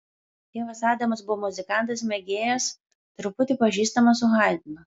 tėvas adamas buvo muzikantas mėgėjas truputį pažįstamas su haidnu